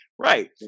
Right